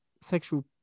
sexual